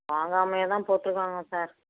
வாங்காமலே தான் போட்டிருக்காங்க சார்